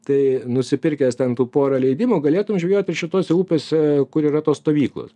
tai nusipirkęs ten tų porą leidimų galėtum žvejoti ir šitose upėse kur yra tos stovyklos